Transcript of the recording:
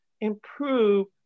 improve